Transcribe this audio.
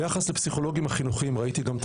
ביחס לפסיכולוגים החינוכיים ראיתי גם את